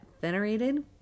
venerated